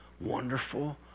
wonderful